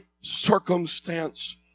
circumstance